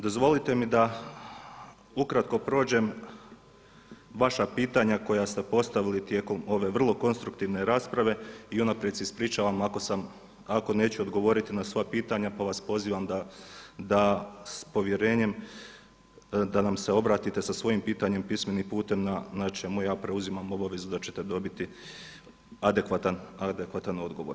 Dozvolite mi da ukratko prođem vaša pitanja koja ste postavili tijekom ove vrlo konstruktivne rasprave i unaprijed se ispričavam ako neću odgovoriti na sva pitanja pa vas pozivam da s povjerenjem, da nam se obratite sa svojim pitanjem pismenim putem na čemu ja preuzimam obavezu da ćete dobiti adekvatan odgovor.